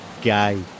Gay